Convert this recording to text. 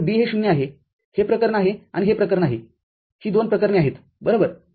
तर B हे ० आहे हे प्रकरण आहे आणि हे प्रकरण आहे ही दोन प्रकरणे आहेत बरोबर